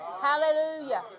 Hallelujah